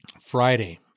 Friday